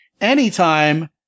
anytime